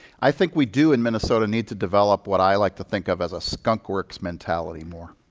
i think we do, in minnesota, need to develop what i like to think of as a skunk works mentality more.